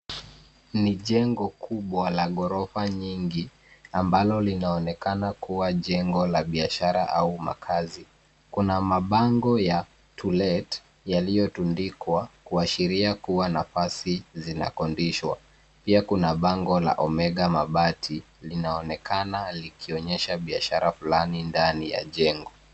Ni jengo kubwa la ghorofa nyingi amabalo linaonekana kuwa jengo la biashara au makazi. Kuna mabango ya To-Let yaliyotundikwa kuashiria kua nafasi zinakodishwa pia kuna bango la Omega Mabati linaonekana likionyesha biashara flani ndani ya jengo.